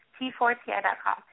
T4TI.com